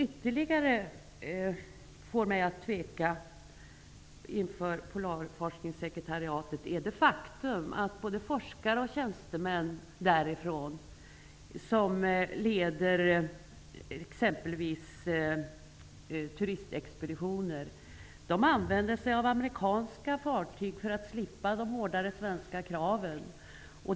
Ytterligare en sak som får mig att tveka inför Polarforskningssekretariatet är det faktum att både forskare och tjänstemän där som leder exempelvis turistexpeditioner använder sig av amerikanska fartyg för att komma undan de hårdare svenska kraven.